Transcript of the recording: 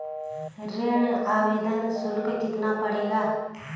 ऋण आवेदन शुल्क कितना पड़ेगा?